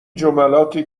جملاتی